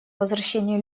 возвращение